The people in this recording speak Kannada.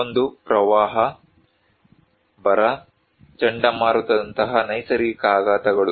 ಒಂದು ಪ್ರವಾಹ ಬರ ಚಂಡಮಾರುತದಂತಹ ನೈಸರ್ಗಿಕ ಆಘಾತಗಳು